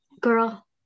girl